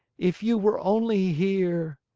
if you were only here!